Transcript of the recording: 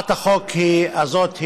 אני מבין את ההתרגשות שלך,